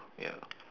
ya